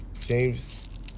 James